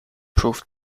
proved